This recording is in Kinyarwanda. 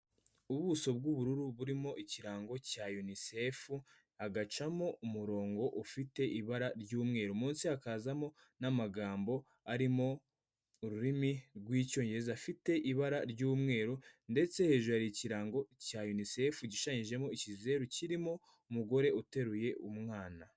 Ubuso bw'ubururu burimo ikirango cya unicef hagacamo umurongo ufite ibara ry'umweru munsi hakazamo n'amagambo arimo ururimi rw'icyongereza afite ibara ry'umweru ndetse hejuru hari ikirango cya unicef gishushanyijemo ikizeru kirimo umugore uteruye umwana.